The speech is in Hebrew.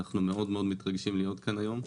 אנחנו מתרגשים מאוד להיות כאן היום.